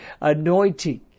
anointing